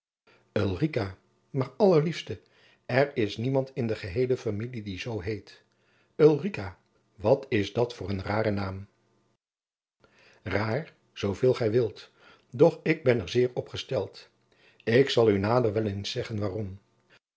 maar allerliefste er is niemand in de geheele familie die zoo heet ulrica wat is dat voor een rare naam raar zooveel gij wilt doch ik ben er zeer op gesteld ik zal u nader wel eens zeggen waarom